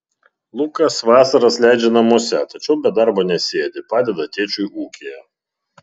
lukas vasaras leidžia namuose tačiau be darbo nesėdi padeda tėčiui ūkyje